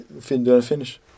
finish